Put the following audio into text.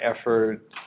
effort